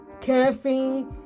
Caffeine